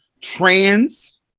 trans